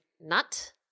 nut